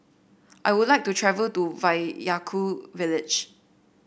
I would like to travel to Vaiaku village